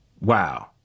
Wow